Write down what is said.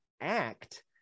act